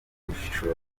ubushishozi